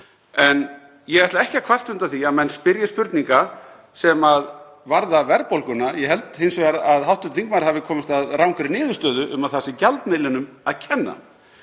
Ég ætla ekki að kvarta undan því að menn spyrji spurninga sem varða verðbólguna. Ég held hins vegar að hv. þingmaður hafi komist að rangri niðurstöðu um að það sé gjaldmiðlinum að kenna.